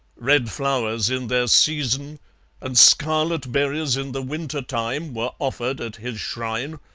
red flowers in their season and scarlet berries in the winter-time were offered at his shrine,